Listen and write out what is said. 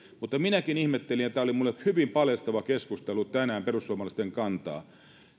minäkin ihmettelin ja tämä oli minulle hyvin paljastava keskustelu tänään perussuomalaisten kantaa